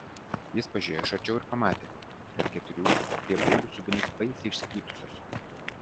jis pažiūrėjo iš arčiau ir pamatė kad keturių riebuilių subinės baisiai išsipūtusios